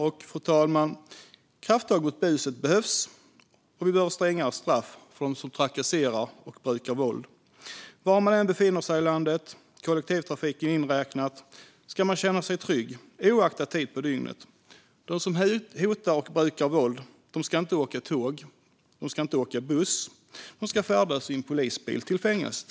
Fru talman! Krafttag mot buset behövs, och vi behöver strängare straff för dem som trakasserar och brukar våld. Var man än befinner sig i landet, kollektivtrafiken inräknat, ska man känna sig trygg, oavsett tid på dygnet. De som hotar eller brukar våld ska inte åka tåg eller buss, de ska färdas i en polisbil till fängelset.